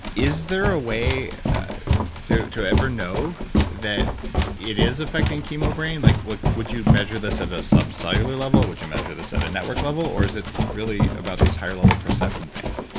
is there a way to to ever know that it is effecting chemo-brain? like like would you measure this at a subcellular level? would you measure this at a network level or is it really about these higher level perception things?